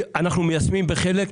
אנחנו מיישמים בחלק.